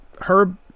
Herb